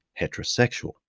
heterosexual